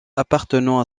appartenant